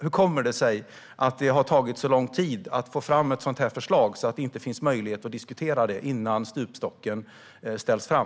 Hur kommer det sig att det har tagit så lång tid att ta fram ett sådant förslag? Det finns ju ingen möjlighet att diskutera det här innan stupstocken ställs fram.